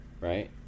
right